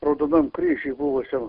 raudonam kryžiuj buvusiam